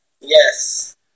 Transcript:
Yes